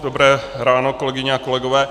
Dobré ráno, kolegyně a kolegové.